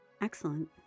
Excellent